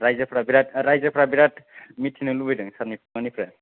रायजोफ्रा बिराद रायजोफ्रा बिराद मिथिनो लुबैदों सारनि खुगानिफ्राय